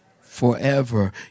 Forever